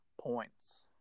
points